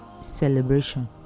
celebration